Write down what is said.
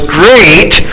great